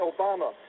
Obama